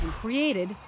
created